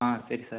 ஆ சரி சார்